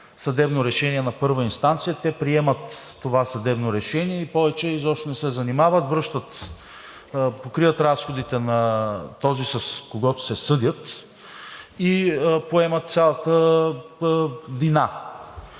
съдебно решение на първа инстанция, те приемат това съдебно решение и повече изобщо не се занимават, покриват разходите на този с когото се съдят, и поемат цялата вина.